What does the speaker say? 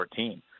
2014